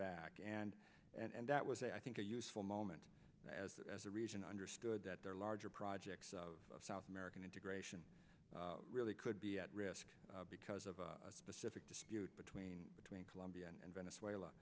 back and and that was a i think a useful moment as as a region understood that their larger projects of south american integration really could be at risk because of a specific dispute between between colombia and venezuela